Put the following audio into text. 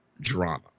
drama